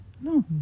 No